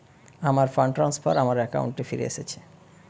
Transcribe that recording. আমার fund transfer আমার অ্যাকাউন্টে ফিরে এসেছে